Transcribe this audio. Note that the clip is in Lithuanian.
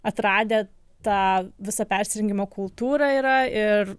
atradę tą visą persirengimo kultūrą yra ir